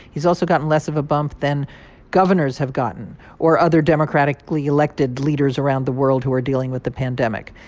he's also gotten less of a bump than governors have gotten or other democratically elected leaders around the world who are dealing with the pandemic.